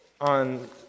on